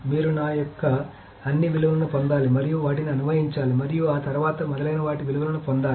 మీరు నా యొక్క అన్ని విలువలను పొందాలి మరియు వాటిని అన్వయించాలి మరియు ఆ తర్వాత మొదలైన వాటి విలువలను పొందాలి